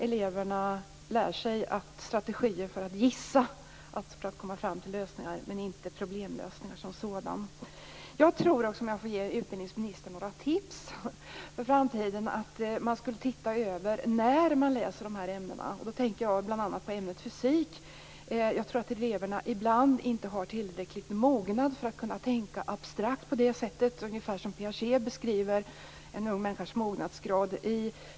Eleverna lär sig strategier för att gissa för att komma fram till lösningar, men lär sig inte problemlösningar som sådana. Jag tror också, om jag får ge utbildningsministern några tips för framtiden, att man skulle se över när eleverna läser de här ämnena. Då tänker jag bl.a. på ämnet fysik. Jag tror att eleverna ibland inte har tillräcklig mognad för att kunna tänka abstrakt. Det är ungefär som Piaget beskriver en ung människas mognadsgrad.